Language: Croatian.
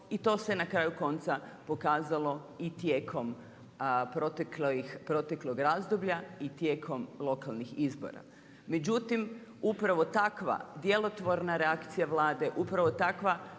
i to se na kraju konca pokazalo i tijekom proteklog razdoblja i tijekom lokalnih izbora. Međutim upravo takva djelotvorna reakcija Vlade, upravo takva